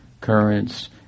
currents